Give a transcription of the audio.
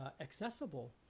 accessible